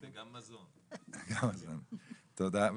תודה.